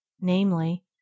namely